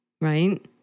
right